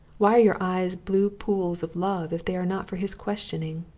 why are your eyes blue pools of love if they are not for his questioning?